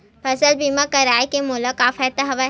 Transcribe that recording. फसल बीमा करवाय के मोला का फ़ायदा हवय?